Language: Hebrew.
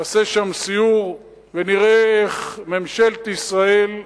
נעשה שם סיור ונראה איך ממשלת ישראל,